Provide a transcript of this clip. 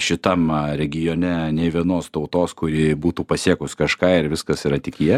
šitam regione nei vienos tautos kuri būtų pasiekus kažką ir viskas yra tik jie